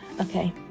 Okay